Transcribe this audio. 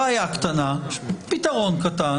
בעיה קטנה, פתרון קטן.